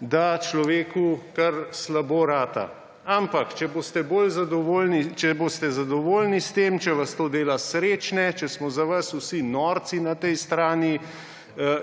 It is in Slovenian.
da človeku kar slabo rata. Ampak če boste bolj zadovoljni, če boste zadovoljni s tem, če vas to dela srečne, če smo za vas vsi norci na tej strani